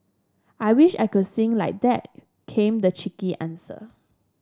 I wish I could sing like that came the cheeky answer